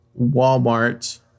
Walmart